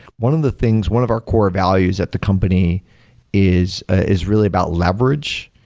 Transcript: one of the things, one of our core values at the company is is really about leverage,